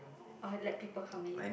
or let people come in